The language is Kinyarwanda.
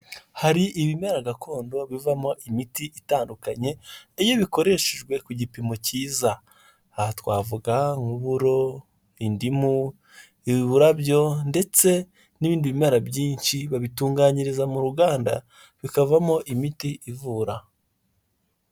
Hari ibimera gakondo bivamo imiti itandukanye iyo bikoreshejwe ku gipimo cyiza. Aha twavuga nk'uburo, indimu, uburabyo ndetse n'ibindi bimera byinshi, babitunganyiriza mu ruganda bikavamo imiti ivura.